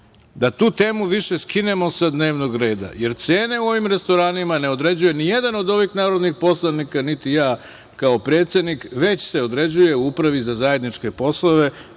da tu temu više skinemo sa dnevnog reda, jer cene u ovim restoranima ne određuje nijedan od ovih narodnih poslanika, niti ja kao predsednik, već se određuje u Upravi za zajedničke poslove